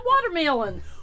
watermelon